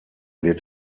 wird